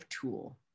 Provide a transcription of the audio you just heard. tool